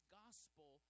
gospel